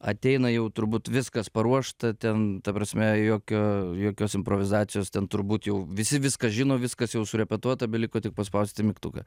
ateina jau turbūt viskas paruošta ten ta prasme jokio jokios improvizacijos ten turbūt jau visi viską žino viskas jau surepetuota beliko tik paspausti mygtuką